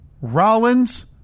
Rollins